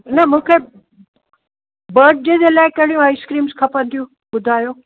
न मूंखे बर्डे जे लाइ कहिड़ी आइस्क्रीम्स खपंदी ॿुधायो